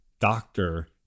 doctor